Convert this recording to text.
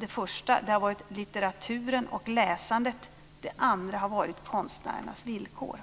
Det första har varit litteraturen och läsandet. Det andra har varit konstnärernas villkor.